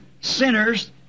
sinners